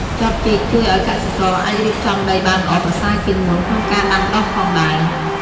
ចបជីក ជួយឱ្យកសិករអាចរៀបចំដីបានល្អប្រសើរជាងមុនក្នុងការដាំដុះផងដែរ។